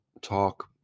talk